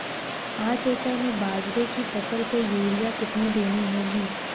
पांच एकड़ में बाजरे की फसल को यूरिया कितनी देनी होगी?